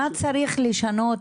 מה צריך לשנות.